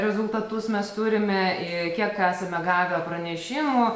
rezultatus mes turime kiek esame gavę pranešimų